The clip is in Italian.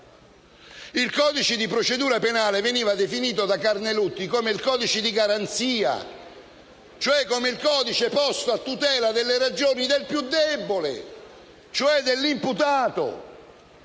il codice di procedura penale veniva definito da Carnelutti come il codice di garanzia, cioè come il codice posto a tutela delle ragioni del più debole, cioè dell'imputato,